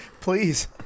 please